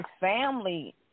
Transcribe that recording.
family